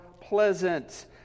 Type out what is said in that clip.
pleasant